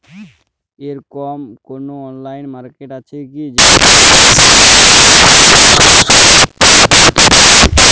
এরকম কোনো online market আছে কি যেখানে চাষীরা নিজেদের দ্রব্য সরাসরি বিক্রয় করতে পারবে?